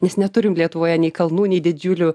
nes neturim lietuvoje nei kalnų nei didžiulių